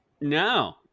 No